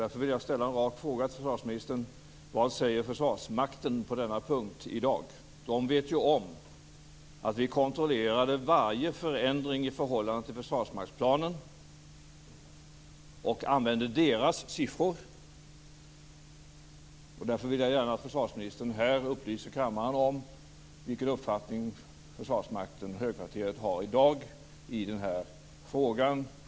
Därför vill jag ställa en rak fråga till försvarsministern. Vad säger Försvarsmakten på denna punkt i dag? Försvarsmakten vet ju att vi kontrollerade varje förändring i förhållande till Försvarsmaktsplanen och att vi använde deras siffror. Därför vill jag gärna att försvarsministern upplyser kammaren om vilken uppfattning högkvarteret har i dag i denna fråga.